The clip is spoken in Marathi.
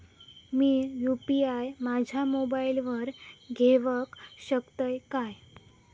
मी यू.पी.आय माझ्या मोबाईलावर घेवक शकतय काय?